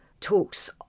talks